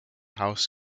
house